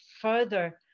further